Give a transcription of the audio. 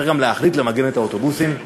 צריך גם להחליט למגן את האוטובוסים,